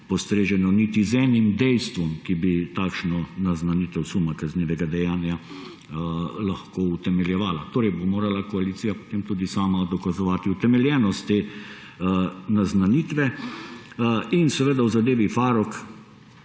postreženo niti z enim dejstvom, ki bi takšno naznanitev suma kaznivega dejanja lahko utemeljeval. Torej bo morala koalicija potem tudi sama dokazovati utemeljenost te naznanitve. V zadevi Farrokh